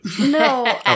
No